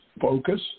focus